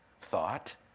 thought